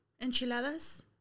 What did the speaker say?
enchiladas